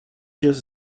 just